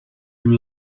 you